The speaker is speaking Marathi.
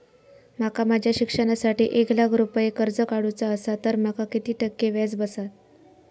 माका माझ्या शिक्षणासाठी एक लाख रुपये कर्ज काढू चा असा तर माका किती टक्के व्याज बसात?